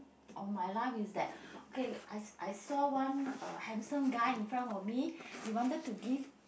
of my life is that okay I I saw one uh handsome guy in front of me he wanted to give